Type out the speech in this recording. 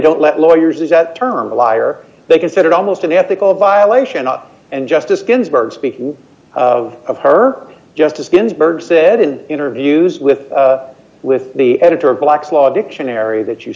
don't let lawyers is that term a liar they considered almost an ethical violation up and justice ginsburg speaking of her justice ginsburg said in interviews with with the editor of black's law dictionary that you